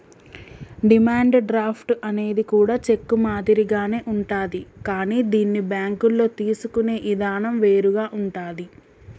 demand draft అనేది కూడా cheque మాదిరిగానే ఉంటాది కానీ దీన్ని బ్యేంకుల్లో తీసుకునే ఇదానం వేరుగా ఉంటాది